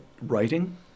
writing